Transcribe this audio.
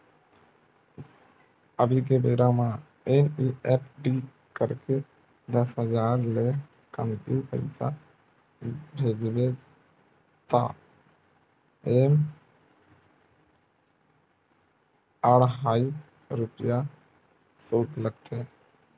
अभी के बेरा म एन.इ.एफ.टी करके दस हजार ले कमती पइसा भेजबे त एमा अढ़हइ रूपिया सुल्क लागथे